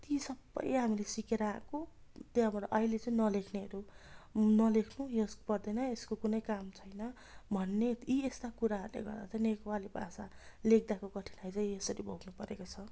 ती सबै हामीले सिकेर आएको त्यहाँबाट अहिले चाहिँ नलेख्नेहरू नलेख्नु यस पर्दैन यसको कुनै काम छैन भन्ने यी यस्ता कुराहरूले गर्दा चाहिँ नेपाली भाषा लेख्दाको कठिनाइ चाहिँ यसरी भोग्नु परेको छ